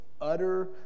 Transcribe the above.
utter